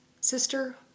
sister